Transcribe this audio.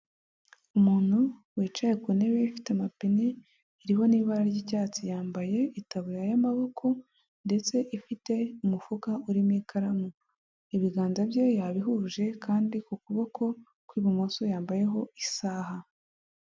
Umuntu wicaye ku ntebe ifite amapine, iriho n'ibara ry'icyatsi, yambaye itaburiya y'amaboko ndetse ifite umufuka urimo ikaramu. Ibiganza bye yabihuje kandi ku kuboko kw'ibumoso yambayeho isaha.